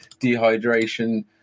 dehydration